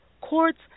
courts